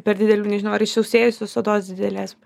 per didelių nežinau ar išsausėjusios odos didelės